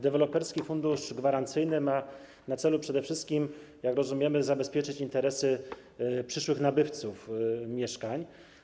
Deweloperski Fundusz Gwarancyjny ma na celu przede wszystkim, jak rozumiemy, zabezpieczyć interesy przyszłych nabywców mieszkań.